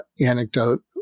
anecdote